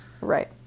Right